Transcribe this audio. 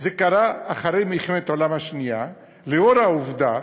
זה קרה אחרי מלחמת העולם השנייה, לאור העובדה